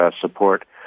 support